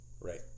Right